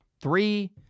three